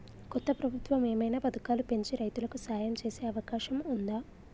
కొత్త ప్రభుత్వం ఏమైనా పథకాలు పెంచి రైతులకు సాయం చేసే అవకాశం ఉందా?